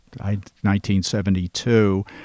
1972